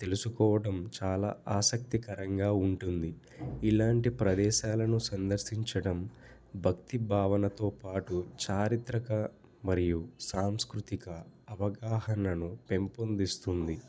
తెలుసుకోవడం చాలా ఆసక్తికరంగా ఉంటుంది ఇలాంటి ప్రదేశాలను సందర్శించడం భక్తి భావనతో పాటు చారిత్రక మరియు సాంస్కృతిక అవగాహనను పెంపొందిస్తుంది